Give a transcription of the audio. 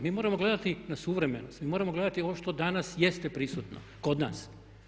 Mi moramo gledati na suvremenost, mi moramo gledati ovo što danas jeste prisutno kod nas.